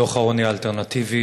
דוח העוני האלטרנטיבי,